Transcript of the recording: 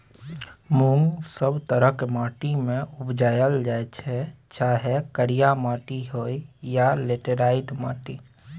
मुँग सब तरहक माटि मे उपजाएल जाइ छै चाहे करिया माटि होइ या लेटेराइट माटि